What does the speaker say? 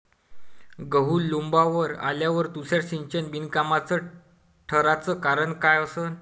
गहू लोम्बावर आल्यावर तुषार सिंचन बिनकामाचं ठराचं कारन का असन?